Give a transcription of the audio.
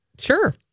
Sure